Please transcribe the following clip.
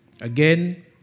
Again